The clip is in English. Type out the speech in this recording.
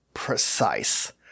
precise